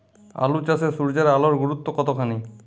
আলু চাষে সূর্যের আলোর গুরুত্ব কতখানি?